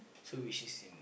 so which is in